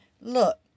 Look